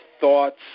thoughts